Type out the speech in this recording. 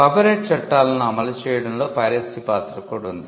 copyright చట్టాలను అమలు చేయడంలో పైరసీ పాత్ర కూడా ఉంది